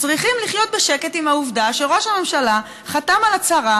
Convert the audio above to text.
צריכים לחיות בשקט עם העובדה שראש הממשלה חתם על הצהרה